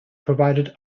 provided